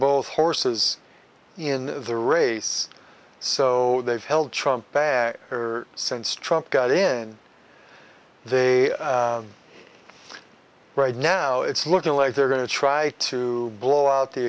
both horses in the race so they've held trump bag ever since trump got in they right now it's looking like they're going to try to blow out the